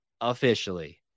officially